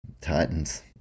Titans